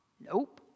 Nope